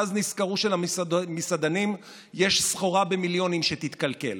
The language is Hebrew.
ואז נזכרו שלמסעדנים יש סחורה במיליונים שתתקלקל.